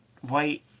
white